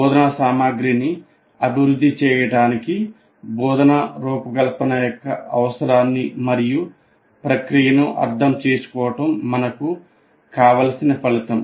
బోధనా సామగ్రిని అభివృద్ధి చేయడానికి బోధనా రూపకల్పన యొక్క అవసరాన్ని మరియు ప్రక్రియను అర్థం చేసుకోవడం మనకు కావలసిన ఫలితం